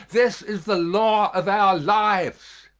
this is the law of our lives.